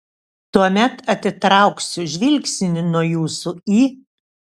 tuomet atitrauksiu žvilgsnį nuo jūsų į